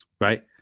right